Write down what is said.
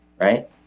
Right